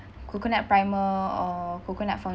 coconut primer or coconut foundation